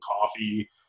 Coffee